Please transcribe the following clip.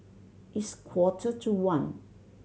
its quarter to one